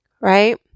right